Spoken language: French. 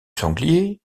sanglier